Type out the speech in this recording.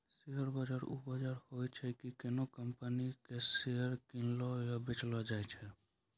share बाजार उ बजार होय छै जैठां कि कोनो कंपनी के शेयर किनलो या बेचलो जाय छै